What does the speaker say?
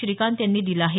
श्रीकांत यांनी दिलं आहे